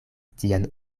tian